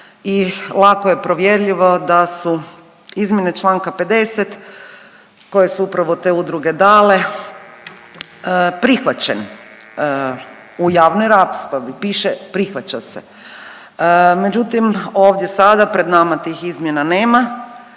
i lako je provjerljivo da su izmjene Članka 50. koje su upravo te udruge dale prihvaćen u javnoj raspravi, piše prihvaća se. Međutim, ovdje sada pred nama tih izmjena nema,